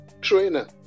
trainer